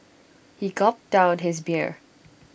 he gulped down his beer